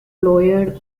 lowered